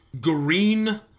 Green